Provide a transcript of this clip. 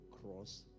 cross